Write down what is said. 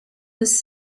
was